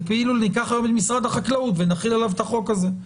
זה כאילו שניקח את משרד החקלאות ונחיל עליו את החוק הזה.